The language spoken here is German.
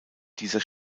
dieser